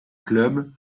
club